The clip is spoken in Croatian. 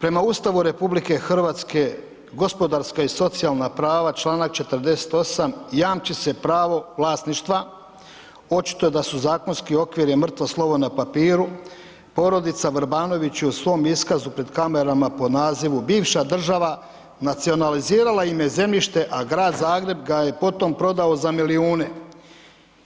Prema Ustavu RH gospodarska i socijalna prava čl. 48. jamči se pravo vlasništva, očito da su zakonski okviri mrtvo slovo na papiru, porodica Vrbanović u svom iskazu pred kamerama po nazivu „Bivša država“ nacionalizirala im je zemljište, a Grad Zagreb ga je potom prodao za milijune